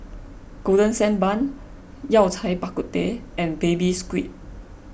Golden Sand Bun Yao Cai Bak Kut Teh and Baby Squid